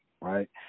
right